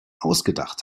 ausgedacht